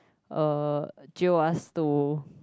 uh jio us to